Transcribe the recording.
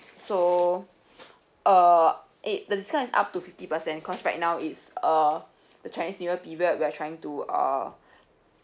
so uh and the discount is up to fifty percent because right now it's uh the chinese new year period we are trying to uh